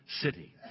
city